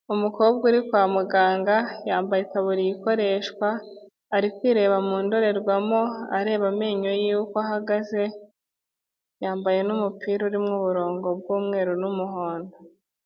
Umukobwa uri kwa muganga, yambaye itaburiya ikoreshwa, ari kwireba mu ndorerwamo areba amenyo yiwe uko ahagaze, yambaye n'umupira urimo uburongo bw'umweru n'umuhondo.